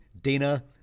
Dana